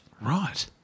Right